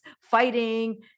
fighting